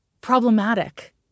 problematic